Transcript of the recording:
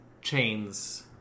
Chains